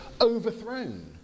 overthrown